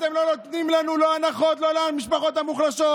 אתם לא נותנים לנו הנחות, למשפחות המוחלשות,